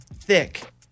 thick